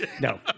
No